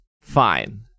fine